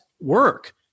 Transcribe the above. work